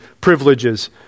privileges